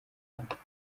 amatora